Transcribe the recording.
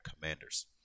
commanders